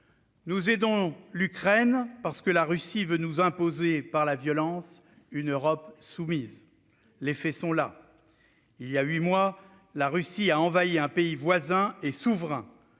Nous aidons l'Ukraine parce que la Russie veut nous imposer par la violence une Europe soumise. Les faits sont là : il y a huit mois, la Russie a envahi un pays voisin et souverain.